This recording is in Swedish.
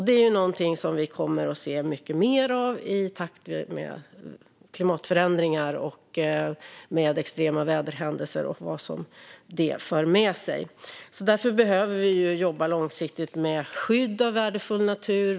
Det är någonting som vi kommer att se mycket mer av i takt med klimatförändringarna och de extrema väderhändelser och annat som de för med sig. Därför behöver vi jobba långsiktigt med skydd av värdefull natur.